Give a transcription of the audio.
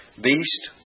beast